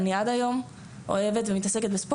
אני עד היום עוסקת בספורט,